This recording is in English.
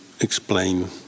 explain